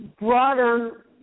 broader